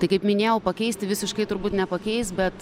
tai kaip minėjau pakeisti visiškai turbūt nepakeis bet